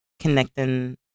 Connecting